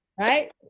right